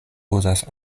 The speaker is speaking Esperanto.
uzas